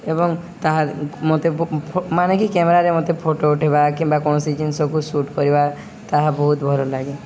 ଏବଂ ତାହା ମୋତେ ମାନେ କ୍ୟାମେରାରେ ମୋତେ ଫଟୋ ଉଠାଇବା କିମ୍ବା କୌଣସି ଜିନିଷକୁ ସୁଟ୍ କରିବା ତାହା ବହୁତ ଭଲ ଲାଗେ